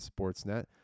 sportsnet